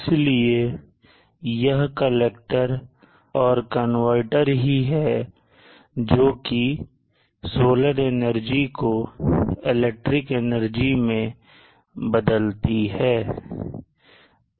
इसीलिए यह एक कलेक्टर और कनवर्टर ही है जो कि सोलर एनर्जी को इलेक्ट्रिक एनर्जी ने बदलती है